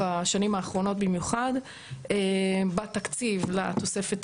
השנים האחרונות במיוחד בתקציב לתוספת